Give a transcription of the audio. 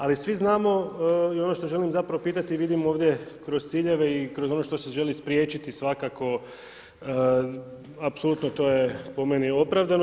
Ali svi znamo i ono što želim zapravo pitati i vidim ovdje kroz ciljeve i kroz ono što se želi spriječiti svakako apsolutno to je po meni opravdano.